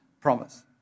Promise